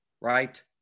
right